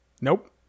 Nope